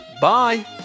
bye